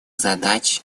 задач